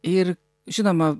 ir žinoma